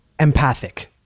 empathic